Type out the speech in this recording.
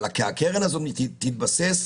אבל הקרן הזאת תתבסס,